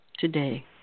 today